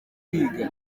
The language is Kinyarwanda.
kwiga